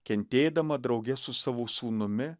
kentėdama drauge su savo sūnumi